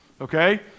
okay